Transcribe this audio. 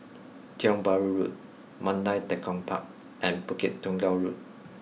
Tiong Bahru Road Mandai Tekong Park and Bukit Tunggal Road